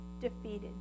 defeated